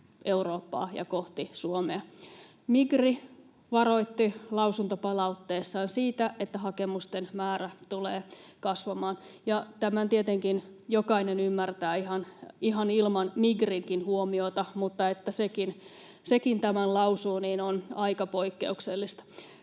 Eurooppaa ja kohti Suomea. Migri varoitti lausuntopalautteessaan siitä, että hakemusten määrä tulee kasvamaan. Tämän tietenkin jokainen ymmärtää ihan ilman Migrinkin huomiota, mutta se, että sekin tämän lausuu, on aika poikkeuksellista.